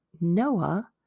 Noah